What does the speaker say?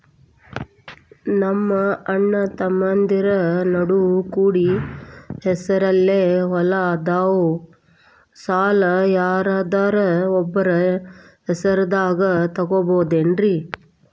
ನಮ್ಮಅಣ್ಣತಮ್ಮಂದ್ರ ನಡು ಕೂಡಿ ಹೆಸರಲೆ ಹೊಲಾ ಅದಾವು, ಸಾಲ ಯಾರ್ದರ ಒಬ್ಬರ ಹೆಸರದಾಗ ತಗೋಬೋದೇನ್ರಿ?